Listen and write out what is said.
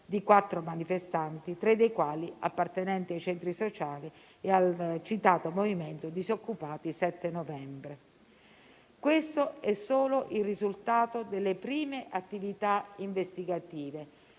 di quattro manifestanti, tre dei quali appartenenti ai centri sociali e al citato movimento "Disoccupati 7 novembre". Questo è solo il risultato delle prime attività investigative,